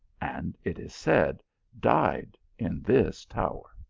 and it is said died in this tower.